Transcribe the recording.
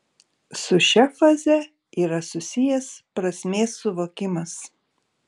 su šia faze yra susijęs prasmės suvokimas